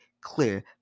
clear